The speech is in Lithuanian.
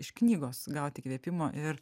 iš knygos gauti įkvėpimo ir